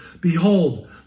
Behold